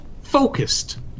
focused